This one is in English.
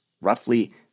roughly